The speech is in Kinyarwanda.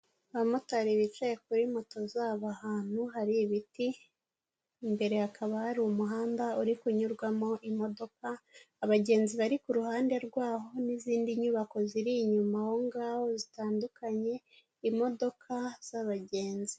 Abamotari bicaye kuri moto zabo ahantu hari ibiti, imbere hakaba hari umuhanda uri kunyurwamo imodoka, abagenzi bari ku ruhande rwaho n'izindi nyubako ziri inyuma aho ngaho zitandukanye, imodoka z'abagenzi.